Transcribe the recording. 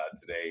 today